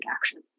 action